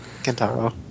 Kentaro